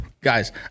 guys